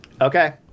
Okay